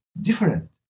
different